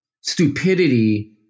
stupidity